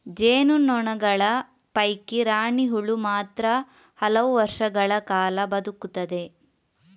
ಜೇನು ನೊಣಗಳ ಪೈಕಿ ರಾಣಿ ಹುಳು ಮಾತ್ರ ಹಲವು ವರ್ಷಗಳ ಕಾಲ ಬದುಕುತ್ತದೆ